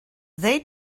they